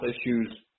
issues